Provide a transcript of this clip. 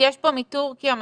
יש פה מטורקיה 200,